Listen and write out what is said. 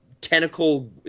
tentacle